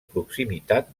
proximitat